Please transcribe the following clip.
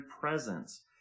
presence